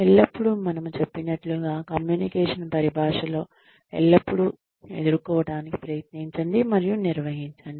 ఎల్లప్పుడూ మనము చెప్పినట్లుగా కమ్యూనికేషన్ పరిభాషలో ఎల్లప్పుడూ ఎదుర్కోవటానికి ప్రయత్నించండి మరియు నిర్వహించండి